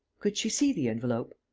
could she see the envelope?